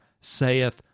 saith